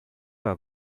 war